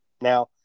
Now